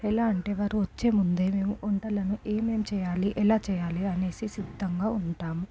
ఎలా అంటే వారు వచ్చే ముందే మేము వంటలను ఏమేమి చేయాలి ఎలా చేయాలి అనేసి సిద్ధంగా ఉంటాము